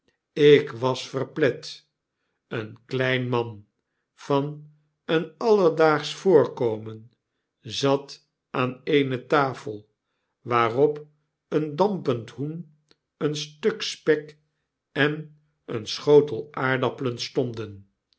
ik was verplet een klein man van een alledaagsch voorkomen zat aan eene tafel waarop een dampend hoen een stuk spek en een schotel aardappelen stonden